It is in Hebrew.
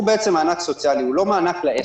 הוא בעצם מענק סוציאלי, הוא לא מענק לעסק.